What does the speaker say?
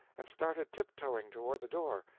and started tip-toeing toward the door.